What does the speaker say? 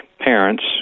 parents